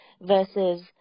versus